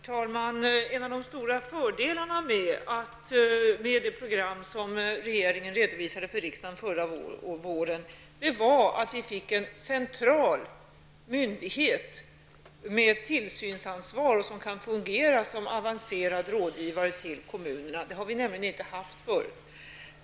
Herr talman! En av de stora fördelarna med det program som regeringen redovisade för riksdagen förra våren var att vi fick en central myndighet med tillsynsansvar, vilken kan fungera som avancerad rådgivare till kommunerna. Det har vi nämligen inte haft förut.